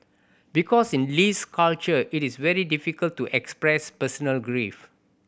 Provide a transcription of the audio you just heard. because in Lee's culture it is very difficult to express personal grief